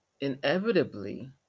inevitably